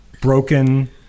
broken